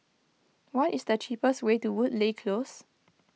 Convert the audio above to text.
what is the cheapest way to Woodleigh Close